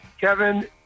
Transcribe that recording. Kevin